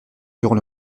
durant